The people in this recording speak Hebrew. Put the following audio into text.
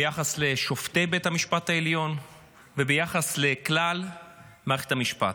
ביחס לשופטי בית המשפט העליון וביחס לכלל מערכת המשפט.